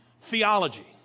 theology